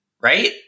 right